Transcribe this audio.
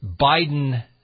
Biden